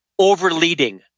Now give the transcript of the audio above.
overleading